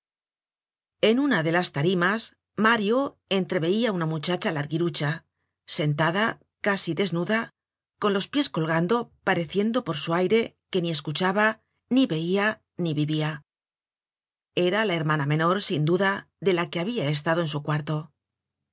en una de las tarimas mario entreveia una muchacha larguirucha sentada casi desnuda con los pies colgando pareciendo por su aire que ni escuchaba niveia ni vivia era la hermana menor sin duda de la que habia estado en su cuarto